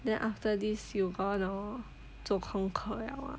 then after this you going to 走 concord liao ah